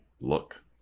look